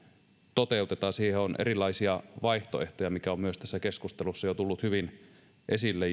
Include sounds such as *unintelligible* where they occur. toteutetaan siihen on erilaisia vaihtoehtoja mikä on myös jo tässä keskustelussa tullut hyvin esille *unintelligible*